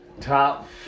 Top